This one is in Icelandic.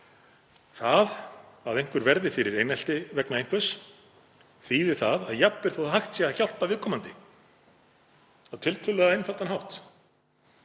Það að einhver verði fyrir einelti vegna einhvers þýðir að jafnvel þó að hægt sé að hjálpa viðkomandi á tiltölulega einfaldan hátt